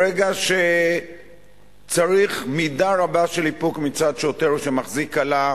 ברגע שצריך מידה רבה של איפוק מצד שוטר שמחזיק אלה,